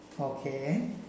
Okay